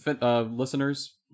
listeners